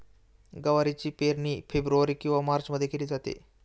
गवारची पेरणी फेब्रुवारी किंवा मार्चमध्ये केली जाते